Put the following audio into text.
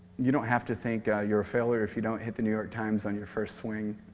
you don't have to think you're a failure if you don't hit the new york times on your first swing